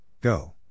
Go